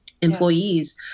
employees